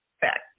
Back